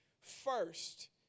first